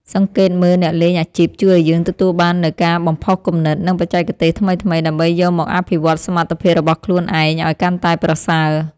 សង្កេតមើលអ្នកលេងអាជីពជួយឱ្យយើងទទួលបាននូវការបំផុសគំនិត និងបច្ចេកទេសថ្មីៗដើម្បីយកមកអភិវឌ្ឍសមត្ថភាពរបស់ខ្លួនឯងឱ្យកាន់តែប្រសើរ។